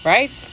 Right